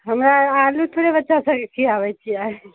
हमरा आदत थोड़े बच्चासबके खियाबैके आइ